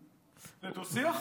זה דו-שיח?